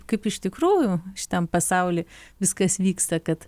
kaip iš tikrųjų šitam pasauly viskas vyksta kad